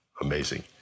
amazing